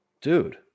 Dude